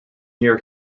year